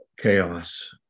chaos